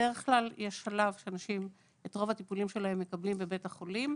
בדרך כלל יש שלב שבו אנשים מקבלים את רוב הטיפולים שלהם בבית החולים,